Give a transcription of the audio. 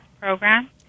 program